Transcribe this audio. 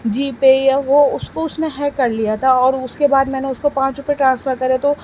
جی pay یا وہ اس کو اس نے ہیک کر لیا تھا اور اس کے بعد میں نے اس کو پانچ روپے ٹرانسفر کرے تو